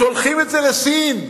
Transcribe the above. שולחים את זה לסין,